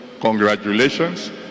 congratulations